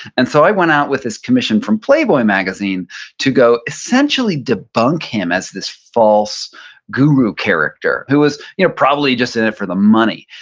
and so i went out with this commission from playboy magazine to go essentially debunk him as this false guru character, who was you know probably just in it for the money.